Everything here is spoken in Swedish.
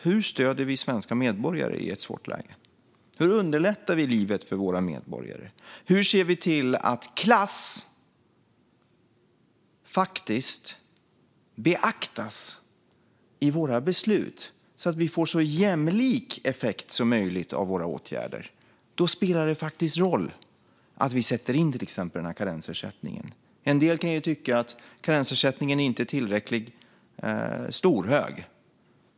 Hur stöder vi svenska medborgare i ett svårt läge? Hur underlättar vi livet för våra medborgare? Hur ser vi till att klass faktiskt beaktas i våra beslut, så att vi får så jämlik effekt som möjligt av våra åtgärder? Då spelar det faktiskt roll att vi sätter in till exempel karensersättningen. En del kan tycka att karensersättningen inte är tillräckligt stor.